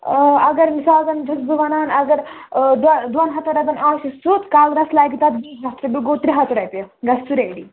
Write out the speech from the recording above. اَگر مِثال زَن چھَس بہٕ وَنان اَگر دۄن ہَتَن رۄپیَن آسہِ سُہ کَورَس لَگہِ تَتھ ہَتھ گوٚو ترٛےٚ ہَتھ رۄپیہِ گژھِ سُہ ریٚڈی